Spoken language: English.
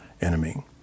enemy